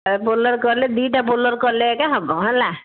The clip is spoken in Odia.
ବୋଲେରୋ କଲେ ଦୁଇଟା ବୋଲେରୋ କଲେ ଏକା ହେବ ହେଲା